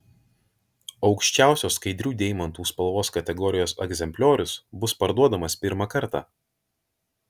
aukščiausios skaidrių deimantų spalvos kategorijos egzempliorius bus parduodamas pirmą kartą